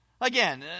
again